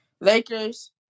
Lakers